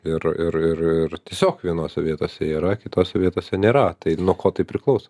ir ir ir ir tiesiog vienose vietose yra kitose vietose nėra tai nuo ko tai priklauso